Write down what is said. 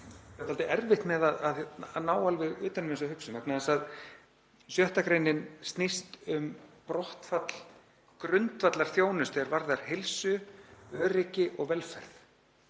Ég á dálítið erfitt með að ná alveg utan um þessa hugsun vegna þess að 6. gr. snýst um brottfall grundvallarþjónustu er varðar heilsu, öryggi og velferð.